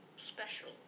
Special